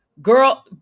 Girl